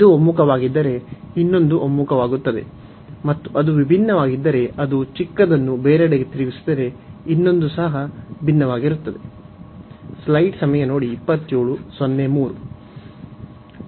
ಇದು ಒಮ್ಮುಖವಾಗಿದ್ದರೆ ಇನ್ನೊಂದು ಒಮ್ಮುಖವಾಗುತ್ತದೆ ಮತ್ತು ಅದು ವಿಭಿನ್ನವಾಗಿದ್ದರೆ ಅದು ಚಿಕ್ಕದನ್ನು ಬೇರೆಡೆಗೆ ತಿರುಗಿಸಿದರೆ ಇನ್ನೊಂದೂ ಸಹ ಭಿನ್ನವಾಗಿರುತ್ತದೆ